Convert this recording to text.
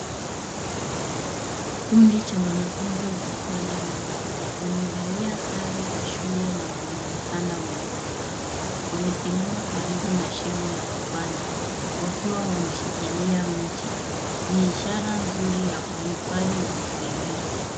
Kikundi cha wanafunzi wakipanda miti wamevalia sare za shule na wanaonekana wenye furaha wamesimama karibu na shimo la kupanda wakiwa wameshikilia miche ni ishara nzuri ya uhifadhi wa mazingira.